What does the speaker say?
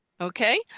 Okay